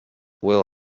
will